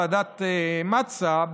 ועדת מצא,